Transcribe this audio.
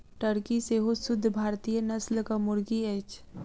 Turkey सेहो शुद्ध भारतीय नस्लक मुर्गी अछि